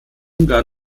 ungarn